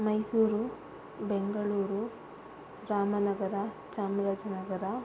Mysuru Bengaluru Ramanagara Chamarajanagar